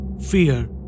Fear